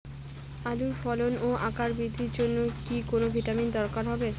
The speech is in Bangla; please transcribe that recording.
আলুর ফলন ও আকার বৃদ্ধির জন্য কি কোনো ভিটামিন দরকার হবে?